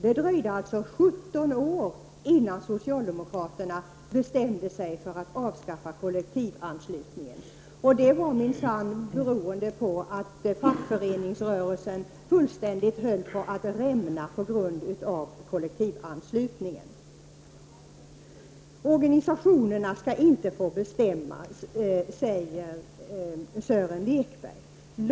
Det dröjde 17 år innan socialdemokraterna bestämde sig för att avskaffa kollektivanslutningen, och det berodde på att fackföreningsrörelsen höll på att fullständigt rämna på grund av kollektivanslutningen. Organisationerna skall inte få bestämma, säger Sören Lekberg.